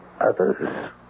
others